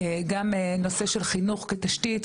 גם נושא של חינוך כתשתית,